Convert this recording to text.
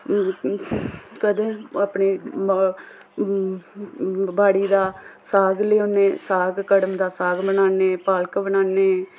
कदै अपने बाड़ी दा साग लेई औने साग कड़म दा साग बनान्ने पालक बनान्ने भी